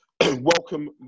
Welcome